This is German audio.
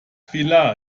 vila